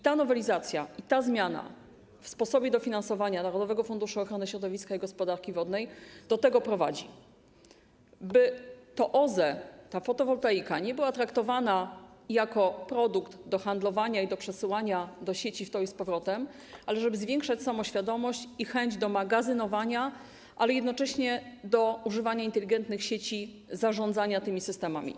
Ta nowelizacja i ta zmiana w sposobie dofinansowania z Narodowego Funduszu Ochrony Środowiska i Gospodarki Wodnej do tego prowadzą - by to OZE, ta fotowoltaika nie była traktowana jako produkt do handlowania i do przesyłania do sieci w tę i z powrotem, ale żeby zwiększać samoświadomość i chęć do magazynowania, ale jednocześnie do używania inteligentnych sieci zarządzania tymi systemami.